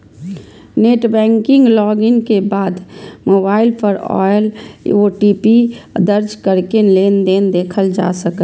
net banking log in के बाद mobile पर आयल ओ.टी.पी दर्ज कैरके लेनदेन देखल जा सकैए